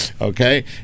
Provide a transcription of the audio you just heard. Okay